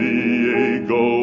Diego